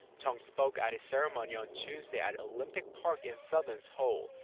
choung spoke at a ceremony on tuesday at olympic park in southern seoul.